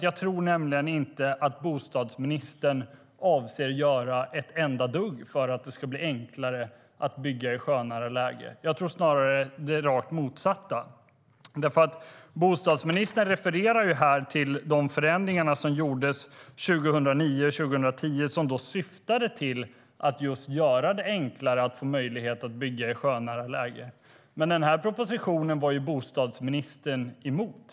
Jag tror nämligen inte att bostadsministern avser att göra ett enda dugg för att det ska bli enklare att bygga i sjönära läge. Jag tror snarare det rakt motsatta. Bostadsministern refererar nämligen till de förändringar som gjordes 2009 och 2010 för att göra det enklare att få möjlighet att bygga i sjönära läge. Men den propositionen var bostadsministern emot.